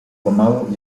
pomału